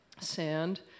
sand